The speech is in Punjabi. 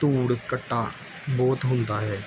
ਧੂੜ ਘੱਟਾ ਬਹੁਤ ਹੁੰਦਾ ਹੈ